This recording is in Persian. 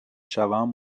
شوم